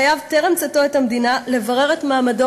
חייב טרם צאתו את המדינה לברר את מעמדו